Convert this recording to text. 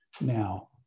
now